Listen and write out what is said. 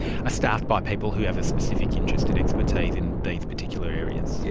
ah staffed by people who have a specific interest and expertise in these particular areas? yes,